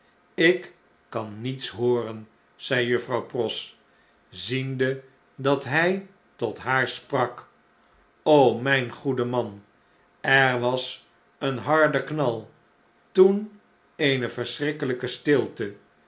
ik kan niets hooren zei juffrouw pross ziende dat hy tot haar sprak mijn goede man er was een harde knal toen eene verschrikkelijke stilte